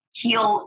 heal